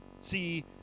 see